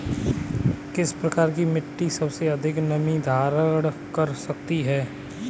किस प्रकार की मिट्टी सबसे अधिक नमी धारण कर सकती है?